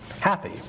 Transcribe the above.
happy